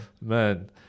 man